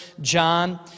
John